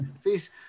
face